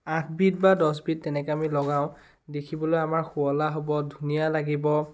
আঠবিধ বা দহবিধ আমি তেনেকৈ লগাওঁ দেখিবলৈ আমাৰ শুৱলা হ'ব ধুনীয়া লাগিব